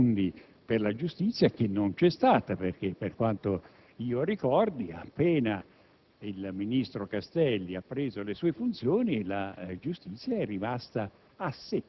L'ordinamento giudiziario è il complesso delle norme che regolano l'assunzione, la carriera, la disciplina e la preparazione